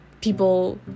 people